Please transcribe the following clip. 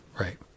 Right